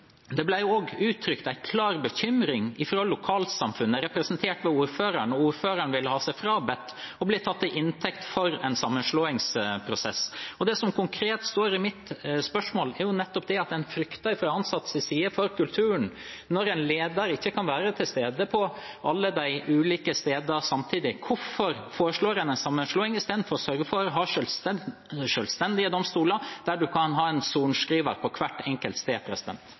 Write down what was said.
Det ble også uttrykt en klar bekymring fra lokalsamfunnet, representert ved ordføreren, og ordføreren ville ha seg frabedt å bli tatt til inntekt for en sammenslåingsprosess. Det som konkret står i mitt spørsmål, er at man fra de ansattes side frykter for kulturen når en leder ikke kan være til stede på alle de ulike stedene samtidig. Hvorfor foreslår man en sammenslåing i stedet for å sørge for å ha selvstendige domstoler der man kan ha en sorenskriver på hvert enkelt sted?